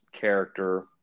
character